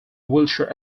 wheelchair